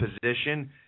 position